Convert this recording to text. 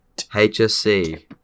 HSC